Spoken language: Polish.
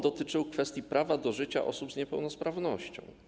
Dotyczył on kwestii prawa do życia osób z niepełnosprawnością.